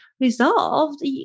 resolved